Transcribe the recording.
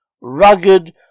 rugged